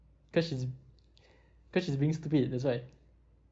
cause she's cause she's being stupid that's why